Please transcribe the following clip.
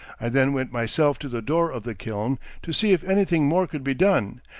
i then went myself to the door of the kiln to see if anything more could be done,